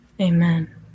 Amen